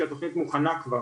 כשהתוכנית מוכנה כבר